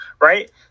right